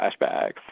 flashbacks